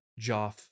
Joff